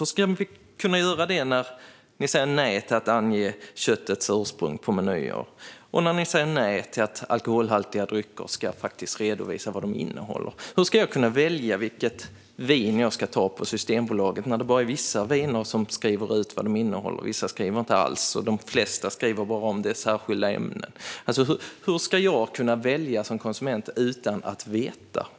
Hur ska man kunna göra det när ni säger nej till att ange köttets ursprung på menyer och till att redovisa innehållet i alkoholhaltiga drycker? Hur ska jag kunna välja vilket vin jag ska ta på Systembolaget när det bara står vad vinet innehållet på vissa viner? På vissa står det inte alls, och på de flesta står det bara om vinet innehåller särskilda ämnen. Hur ska jag som konsument kunna välja utan att veta.